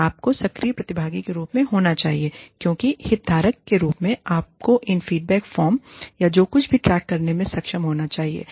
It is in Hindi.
और आपको सक्रिय प्रतिभागी के रूप में होना चाहिए क्योंकि हितधारक के रूप में आपको इन फीडबैक फॉर्म या जो कुछ भी ट्रैक करने में सक्षम होना चाहिए